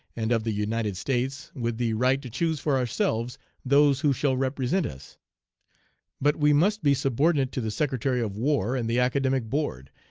and of the united states, with the right to choose for ourselves those who shall represent us but we must be subordinate to the secretary of war and the academic board,